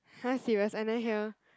!huh! serious I never hear